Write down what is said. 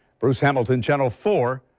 bruce hamilton channel four.